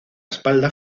espalda